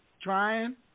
trying